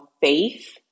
faith